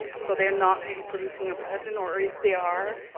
ah so they are not really producing a pathogen, or if they are